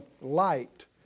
light